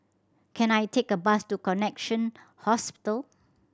can I take a bus to Connexion Hospital